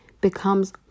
becomes